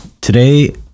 Today